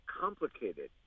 complicated